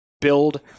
build